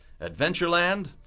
Adventureland